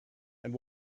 and